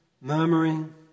murmuring